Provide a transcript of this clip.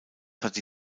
hatte